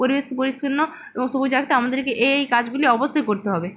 পরিবেশকে পরিচ্ছন্ন এবং সবুজ রাখতে আমাদেরকে এই এই কাজগুলি অবশ্যই করতে হবে